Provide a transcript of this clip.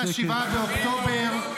-- לבחינת אירועי 7 באוקטובר -- 7 באוקטובר.